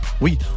oui